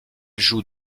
joue